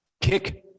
kick